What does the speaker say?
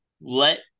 let